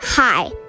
Hi